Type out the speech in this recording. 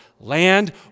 land